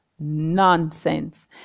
nonsense